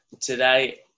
today